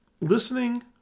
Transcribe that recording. listening